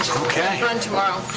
okay. have fun tomorrow.